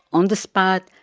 on the spot,